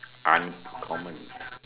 uncommon